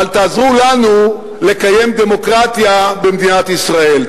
אבל תעזרו לנו לקיים דמוקרטיה במדינת ישראל.